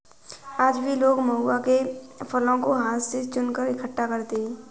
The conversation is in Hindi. आज भी लोग महुआ के फलों को हाथ से चुनकर इकठ्ठा करते हैं